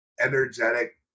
energetic